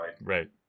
right